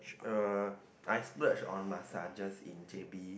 uh I splurge on massages in J_B